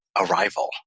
arrival